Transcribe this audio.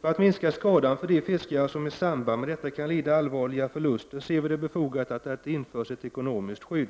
För att minska skadan för de fiskare som i samband med detta kan lida allvarliga förluster anser vi att det är befogat att det införs ett ekonomiskt skydd.